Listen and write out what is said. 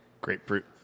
Grapefruit